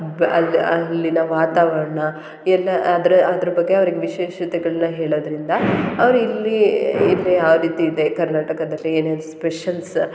ಬ್ ಅಲ್ಲಿ ಅಲ್ಲಿನ ವಾತಾವರಣ ಏನು ಅದ್ರ ಅದ್ರ ಬಗ್ಗೆ ಅವ್ರ್ಗೆ ವಿಶೇಷತೆಗಳನ್ನ ಹೇಳೋದರಿಂದ ಅವ್ರು ಇಲ್ಲಿ ಇಲ್ಲಿ ಯಾವ ರೀತಿ ಇದೆ ಕರ್ನಾಟಕದಲ್ಲಿ ಏನೇನು ಸ್ಪೆಷಲ್ಸ